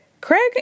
Craig